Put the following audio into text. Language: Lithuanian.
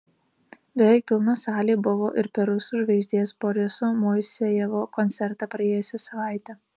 beveik pilna salė buvo ir per rusų žvaigždės boriso moisejevo koncertą praėjusią savaitę